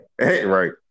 Right